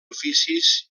oficis